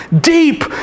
deep